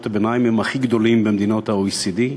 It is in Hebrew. הביניים הם הכי גדולים במדינות ה-OECD.